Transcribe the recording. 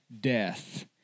death